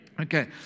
Okay